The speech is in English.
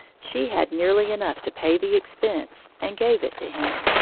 she had nearly enough to pay the expense, and gave it to him.